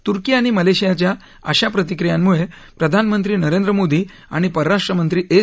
तुर्की आणि मलेशियाच्या अश्या प्रतिक्रियांमुळे प्रधानमंत्री नरेंद्र मोदी आणि परराष्ट्र मंत्री एस